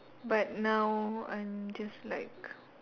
but now I'm just like